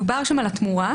מדובר שם על התמורה,